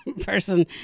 person